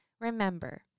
Remember